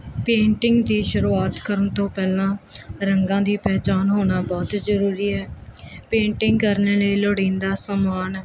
painting ਦੀ ਸ਼ੁਰੂਆਤ ਕਰਨ ਤੋਂ ਪਹਿਲਾਂ ਰੰਗਾਂ ਦੀ ਪਹਿਚਾਣ ਹੋਣਾ ਬਹੁਤ ਜਰੂਰੀ ਹੈ ਪੇਂਟਿੰਗ ਕਰਨ ਲਈ ਲੋੜੀਂਦਾ ਸਮਾਨ